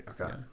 okay